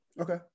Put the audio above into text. Okay